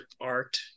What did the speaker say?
art